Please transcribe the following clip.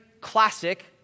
classic